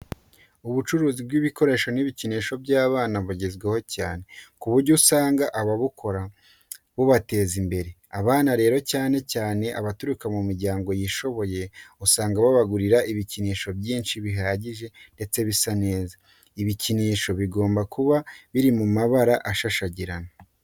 Ubucuruzi bw'ibikoresho n'ibikinisho by'abana bugezweho cyane, ku buryo usanga ababukora bubateza imbere. Abana rero cyane cyane abaturuka mu miryango yishoboye usanga babagurira ibikinisho byinshi bihagije ndetse bisa neza. Ibi bikinisho bigomba kuba biri mu mabara ashashagirana.